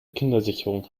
kindersicherung